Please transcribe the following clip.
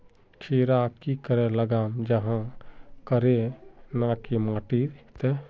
खीरा की करे लगाम जाहाँ करे ना की माटी त?